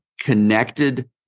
connected